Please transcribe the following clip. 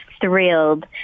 thrilled